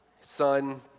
son